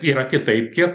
yra kitaip kiek